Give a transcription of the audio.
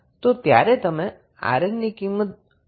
તો ત્યારે તમે 𝑅𝑁 ની કિંમત શોધવા માટે શું કરશો